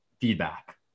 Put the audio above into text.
feedback